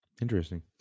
Interesting